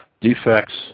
defects